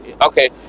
Okay